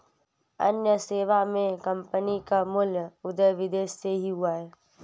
अन्य सेवा मे कम्पनी का मूल उदय विदेश से ही हुआ है